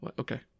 Okay